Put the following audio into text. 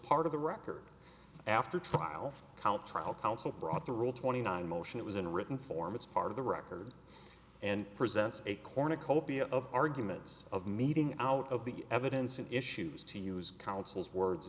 part of the record after a trial count trial counsel brought the rule twenty nine motion it was in a written form it's part of the record and presents a cornucopia of arguments of meeting out of the evidence and issues to use counsel's words